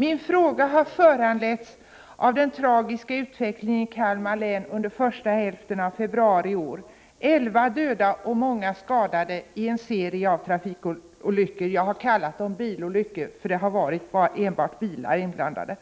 Min fråga har föranletts av den tragiska utvecklingen i Kalmar län under den första hälften av februari i år. Elva har dödats och många skadats i serie av trafikolyckor — jag har i min fråga skrivit bilolyckor, eftersom enbart bilar har varit inblandade.